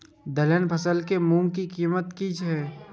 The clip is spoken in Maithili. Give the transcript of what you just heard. दलहन फसल के मूँग के कीमत की हय?